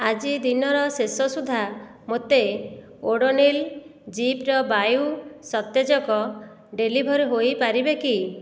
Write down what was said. ଆଜି ଦିନର ଶେଷ ସୁଦ୍ଧା ମୋତେ ଓଡୋନିଲ୍ ଜିପ୍ର ବାୟୁ ସତେଜକ ଡେଲିଭର୍ ହୋଇ ପାରିବେ କି